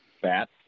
fat